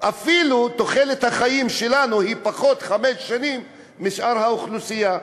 אפילו תוחלת החיים שלנו היא חמש שנים פחות משאר האוכלוסייה.